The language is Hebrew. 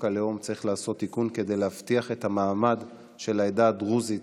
הלאום צריך לעשות תיקון כדי להבטיח את המעמד של העדה הדרוזית